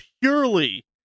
purely